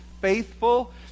faithful